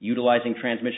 utilizing transmission